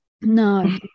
No